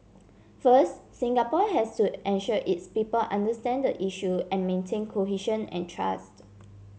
first Singapore has to ensure its people understand the issue and maintain cohesion and trust